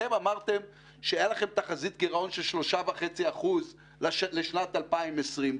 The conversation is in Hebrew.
אתם אמרתם שהייתה לכם תחזית גירעון של 3.5% לשנת 2020,